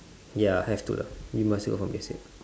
ya have to lah you must